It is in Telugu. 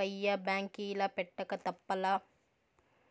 కయ్య బాంకీల పెట్టక తప్పలా